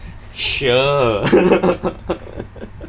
sure